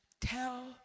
tell